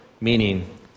meaning